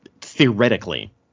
theoretically